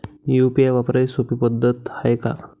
UPI वापराची सोपी पद्धत हाय का?